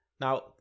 Now